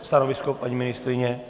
Stanovisko paní ministryně?